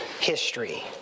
history